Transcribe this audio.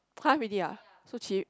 !huh! really ah so cheap